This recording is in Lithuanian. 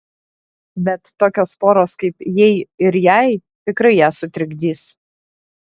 bet tokios poros kaip jei ir jai tikrai ją sutrikdys